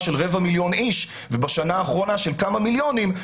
של רבע מיליון אנשים ובשנה האחרונה של כמה מיליונים,